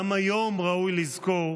גם היום ראוי לזכור: